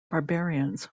barbarians